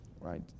right